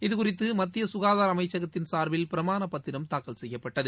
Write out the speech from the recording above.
இதுகுறித்துமத்தியசுகாதாரஅமைச்சகத்தின் சார்பில் பிரமாணபத்திரம் தாக்கல் செய்யப்பட்டது